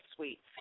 Suite